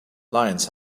lions